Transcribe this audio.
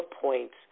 points